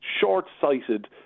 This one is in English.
short-sighted